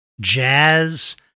jazz